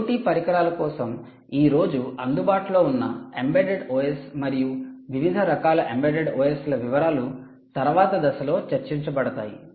IoT పరికరాల కోసం ఈ రోజు అందుబాటులో ఉన్న ఎంబెడెడ్ OS మరియు వివిధ రకాల ఎంబెడెడ్ OS ల వివరాలు తరువాత దశలో చర్చించబడతాయి